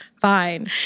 Fine